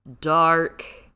dark